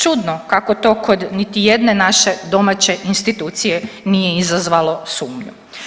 Čudno kako to kod ni jedne naše domaće institucije nije izazvalo sumnju.